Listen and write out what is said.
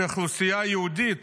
שהאוכלוסייה היהודית